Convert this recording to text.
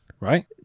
right